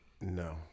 no